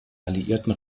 alliierten